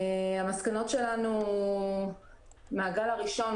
המסקנות שלנו מהגל הראשון,